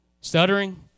stuttering